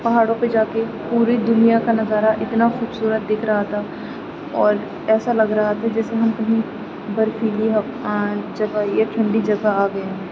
پہاڑوں پہ جا کے پوری دنیا کا نظارہ اتنا خوبصورت دکھ رہا تھا اور ایسا لگ رہا تھا جیسے ہم کہیں برفیلی ہوا جگہ یا ٹھنڈی جگہ آ گئے ہیں